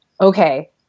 okay